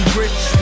rich